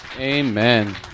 Amen